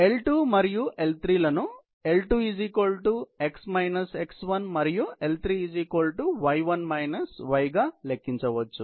కాబట్టి L2 మరియు L3 లను L2 x x 1 మరియు L3 y1 y గా లెక్కించవచ్చు